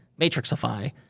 Matrixify